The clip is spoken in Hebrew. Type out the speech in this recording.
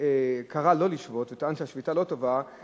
קרא לא לשבות וטען שהשביתה לא טובה,